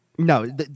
No